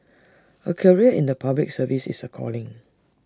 A career in the Public Service is A calling